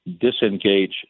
disengage